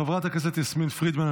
חברת הכנסת יסמין פרידמן,